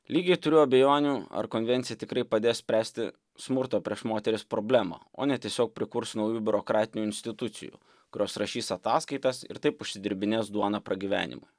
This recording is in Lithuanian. lygiai turiu abejonių ar konvencija tikrai padės spręsti smurto prieš moteris problemą o ne tiesiog prikurs naujų biurokratinių institucijų kurios rašys ataskaitas ir taip užsidirbinės duoną pragyvenimui